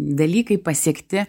dalykai pasiekti